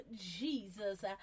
Jesus